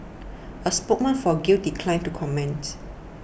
a spokeswoman for Grail declined to comment